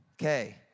Okay